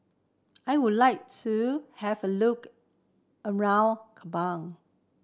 I would like to have a look around Kabul